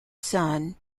son